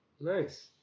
Nice